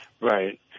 Right